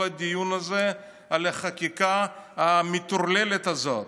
כל הדיון הזה על החקיקה המטורללת הזאת,